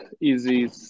easy